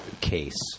case